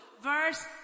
verse